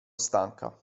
stanca